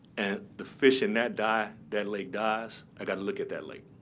and the fish in that die, that lake dies, i've got to look at that lake.